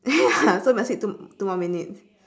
ya so we must wait two m~ two more minutes